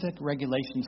regulations